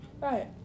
Right